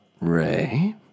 Ray